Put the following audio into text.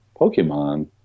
Pokemon